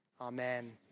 amen